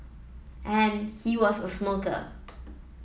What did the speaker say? and he was a smoker